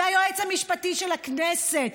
והיועץ המשפטי של הכנסת,